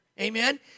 Amen